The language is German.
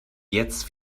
jetzt